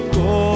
go